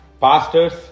pastors